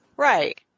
Right